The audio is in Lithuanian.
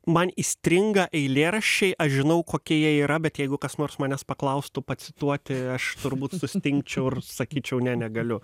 man įstringa eilėraščiai aš žinau kokie jie yra bet jeigu kas nors manęs paklaustų pacituoti aš turbūt sustingčiau ir sakyčiau ne negaliu